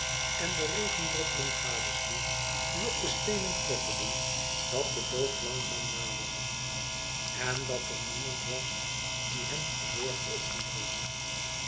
en de regendroppelen gadesloeg die op de steenen kletterden dat de dood langzaam naderde en dat er niemand was die hem verzorgde of